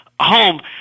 home –